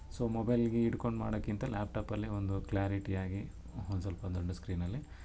so ಮೊಬೈಲಿಗೆ ಹಿಡ್ಕೊಂಡು ಮಾಡೋಕಿಂತ ಲ್ಯಾಪ್ಟಾಪಲ್ಲಿ ಒಂದು ಕ್ಲಾರಿಟಿ ಆಗಿ ಒಂದು ಸ್ವಲ್ಪ ದೊಡ್ಡ ಸ್ಕ್ರೀನಲ್ಲಿ